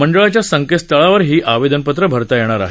मंडळाच्या संकेतस्थळावर ही आवेदनपत्रं भरता येणार आहेत